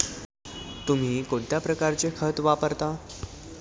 तुम्ही कोणत्या प्रकारचे खत वापरता?